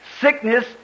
sickness